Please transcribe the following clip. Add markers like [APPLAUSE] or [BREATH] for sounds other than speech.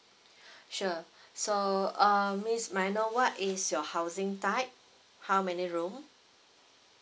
[BREATH] sure so uh miss may I know what is your housing type how many room